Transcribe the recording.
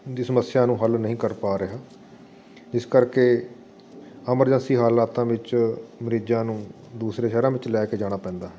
ਦੀ ਸਮੱਸਿਆ ਨੂੰ ਹੱਲ ਨਹੀਂ ਕਰ ਪਾ ਰਿਹਾ ਇਸ ਕਰਕੇ ਅਮਰਜੈਂਸੀ ਹਲਾਤਾਂ ਵਿੱਚ ਮਰੀਜ਼ਾਂ ਨੂੰ ਦੂਸਰੇ ਸ਼ਹਿਰਾਂ ਵਿੱਚ ਲੈ ਕੇ ਜਾਣਾ ਪੈਂਦਾ